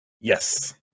Yes